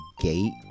gate